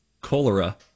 cholera